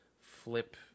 flip